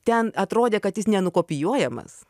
ten atrodė kad jis nenukopijuojamas